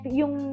yung